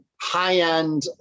high-end